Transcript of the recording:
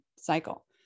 cycle